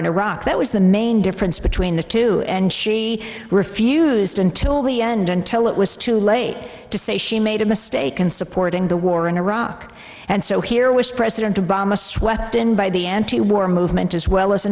in iraq that was the main difference between the two and she refused until the end until it was too late to say she made a mistake in supporting the war in iraq and so here was president obama swept in by the antiwar movement as well as a